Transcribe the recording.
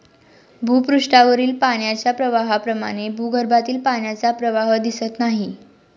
भूपृष्ठावरील पाण्याच्या प्रवाहाप्रमाणे भूगर्भातील पाण्याचा प्रवाह दिसत नाही